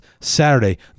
Saturday